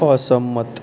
અસંમત